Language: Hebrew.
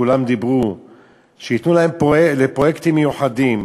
כולם אמרו שייתנו להם פרויקטים מיוחדים.